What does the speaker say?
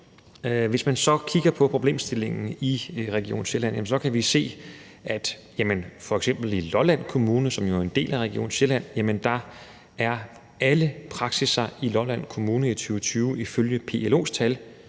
Hvis vi så kigger på problemstillingen i Region Sjælland, kan vi se, at f.eks. i Lolland Kommune, som jo er en del af Region Sjælland, var alle praksisser i kommunen, ifølge PLO's tal,